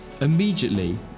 immediately